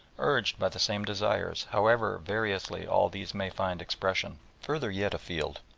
urged by the same desires, however variously all these may find expression. further yet afield.